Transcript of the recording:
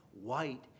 white